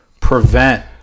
prevent